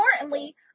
importantly